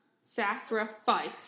sacrifice